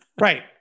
Right